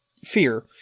fear